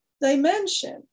dimension